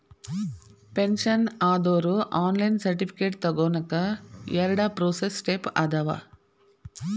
pension ಆದೋರು online certificate ತೊಗೋನಕ ಎರಡ ಪ್ರೋಸೆಸ್ ಸ್ಟೆಪ್ಸ್ ಅದಾವ